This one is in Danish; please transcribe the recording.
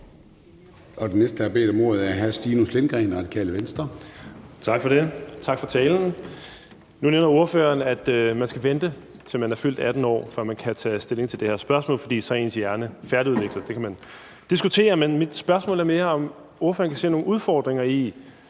Venstre. Kl. 21:13 Stinus Lindgreen (RV): Tak for det, og tak for talen. Nu nævner ordføreren, at man skal vente, til man er fyldt 18 år, før man kan tage stilling til det her spørgsmål, fordi ens hjerne så er færdigudviklet. Det kan man diskutere, men mit spørgsmål er mere, om ordføreren kan se nogle udfordringer i,